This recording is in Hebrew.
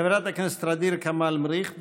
חברת הכנסת ע'דיר כמאל מריח,